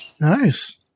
Nice